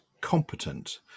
competent